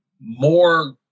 more